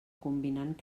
combinant